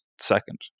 second